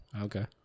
Okay